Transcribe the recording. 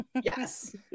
Yes